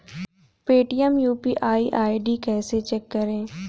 Paytm UPI ID कैसे change करें?